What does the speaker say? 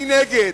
אני נגד,